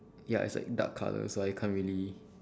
ya it's like dark color so I can't really